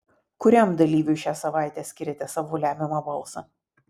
kuriam dalyviui šią savaitę skiriate savo lemiamą balsą